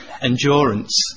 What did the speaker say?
endurance